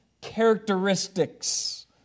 characteristics